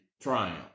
triumph